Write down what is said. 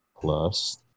plus